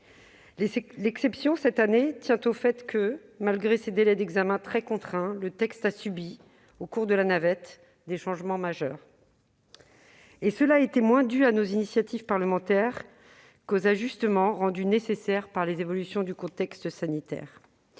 L'exception, cette année, tient au fait que, malgré ces délais d'examen très contraints, le texte a subi des changements majeurs au cours de la navette parlementaire. Cela a été moins dû à nos initiatives parlementaires qu'aux ajustements rendus nécessaires par les évolutions du contexte sanitaire.